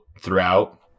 throughout